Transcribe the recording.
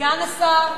סגן השר,